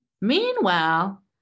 Meanwhile